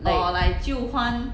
like